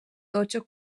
totxo